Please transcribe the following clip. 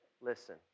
listen